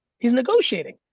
he's negotiating.